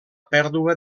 pèrdua